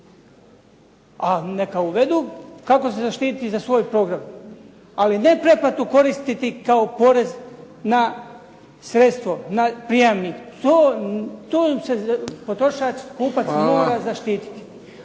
A neka uvedu kako se zaštititi za svoj program, ali ne pretplatu koristiti kao porez na sredstvo, na prijamnik. To se potrošač, kupac mora zaštititi.